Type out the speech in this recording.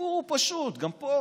הסיפור הוא פשוט, גם פה